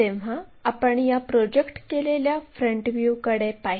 ते या लोकस लाईनला येथे कट करते म्हणून याला आपण d1 असे म्हणू